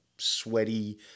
sweaty